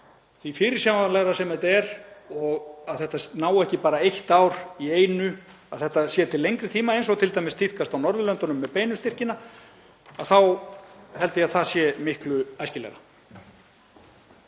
því fyrirsjáanlegra sem þetta er — og að þetta nái ekki bara yfir eitt ár í einu, að þetta sé til lengri tíma eins og t.d. tíðkast á Norðurlöndunum með beinu styrkina — það held ég að sé miklu æskilegra.